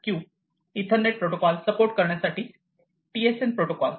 1Q Ethernet protocol support करण्यासाठी TSN protocol